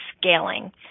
scaling